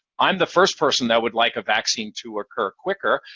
i'm the first person that would like a vaccine to occur quicker,